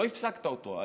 לא הפסקת אותו.